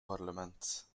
parlement